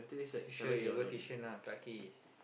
you sure you'll go tuition or Clarke-Quay